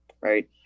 right